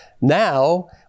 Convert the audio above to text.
Now